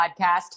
podcast